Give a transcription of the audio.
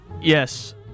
Yes